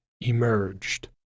emerged